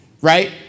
right